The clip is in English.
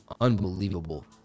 Unbelievable